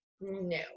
No